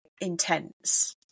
intense